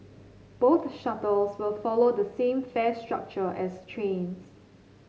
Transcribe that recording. both shuttles will follow the same fare structure as trains